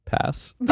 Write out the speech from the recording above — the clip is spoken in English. Pass